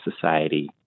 society